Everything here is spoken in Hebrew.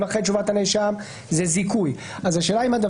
ואם אתה אחרי תשובת הנאשם,